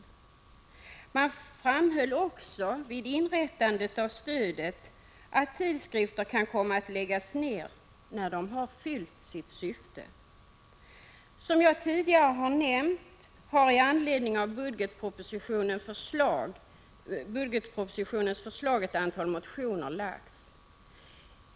Vid inrättandet av stödet framhölls också att tidskrifter kan komma att läggas ned när de fyllt sitt syfte. Som jag tidigare nämnt har det väckts ett antal motioner med anledning av förslaget i budgetpropositionen.